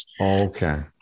Okay